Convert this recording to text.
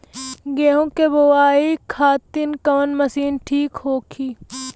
गेहूँ के बुआई खातिन कवन मशीन ठीक होखि?